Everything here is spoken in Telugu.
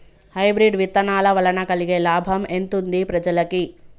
హైబ్రిడ్ విత్తనాల వలన కలిగే లాభం ఎంతుంది ప్రజలకి?